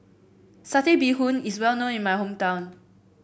Satay Bee Hoon is well known in my hometown